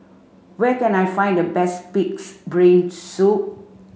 where can I find the best pig's brain soup